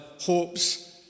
hopes